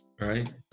right